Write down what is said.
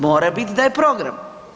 Mora biti da je program.